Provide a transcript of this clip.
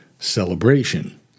celebration